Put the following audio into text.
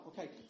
Okay